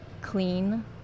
clean